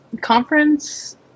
conference